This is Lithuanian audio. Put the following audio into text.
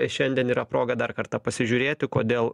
šiandien yra proga dar kartą pasižiūrėti kodėl